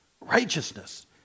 righteousness